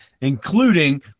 including